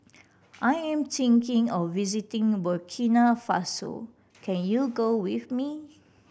I am thinking of visiting Burkina Faso can you go with me